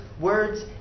words